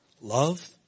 Love